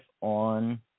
on